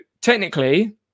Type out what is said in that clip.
technically